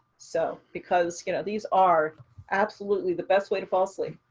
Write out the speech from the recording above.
so because you know, these are absolutely the best way to fall asleep.